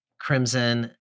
crimson